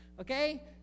okay